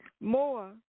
more